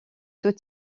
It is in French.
sous